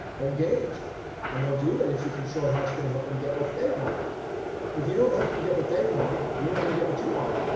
they're engaged and they'll do it if you can show them how it's going to help them get what they want, but if you don't help them get what they want, you're not going to get what you want.